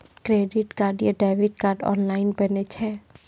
Credit card या debit card online बनै छै?